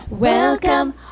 Welcome